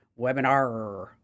webinar